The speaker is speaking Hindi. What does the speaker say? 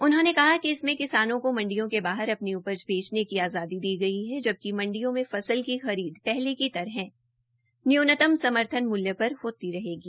उन्होंने कहा कि इसमें किसानों को मंडियो के बाहर अपनी उपज बेचने की आज़ादी दी गई है जबकि मंडियों में फसल की खरीद पहले की तरह न्यूनतम समर्थन मूल्य पर होती रहेगी